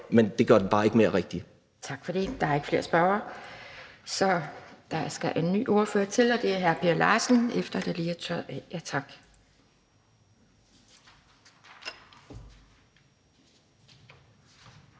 Anden næstformand (Pia Kjærsgaard): Tak for det. Der er ikke flere spørgere. Så der skal en ny ordfører til, og det er hr. Per Larsen, efter at der lige er blevet tørret